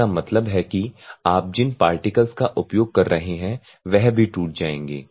इसका मतलब है कि आप जिन पार्टिकल्स का उपयोग कर रहे हैं वह भी टूट जाएंगे